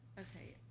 okay.